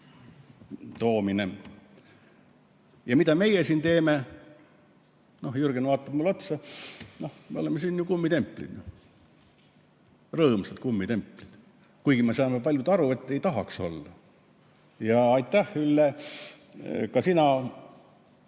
Ja mida meie siin teeme? Jürgen vaatab mulle otsa. No me oleme siin ju kummitemplid, rõõmsad kummitemplid, kuigi paljud meist saavad aru, et ei tahaks olla. Ja aitäh, Ülle, et ka sina